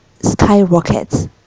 skyrockets